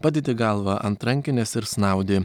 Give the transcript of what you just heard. padedi galvą ant rankinės ir snaudi